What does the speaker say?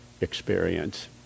experience